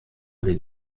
sie